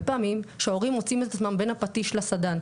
פעמים שההורים מוצאים את עצמם בין הפטיש לסדן,